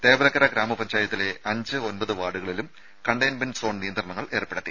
തേവലക്കര ഗ്രാമ പഞ്ചായത്തിലെ അഞ്ച് ഒമ്പത് വാർഡുകൾകളിലും കണ്ടെയിൻമെന്റ് സോൺ നിയന്ത്രണങ്ങൾ ഏർപ്പെടുത്തി